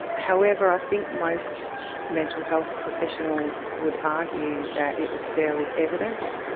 however, i think most mental health professionals would argue that it was fairly evident,